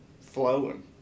flowing